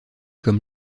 comme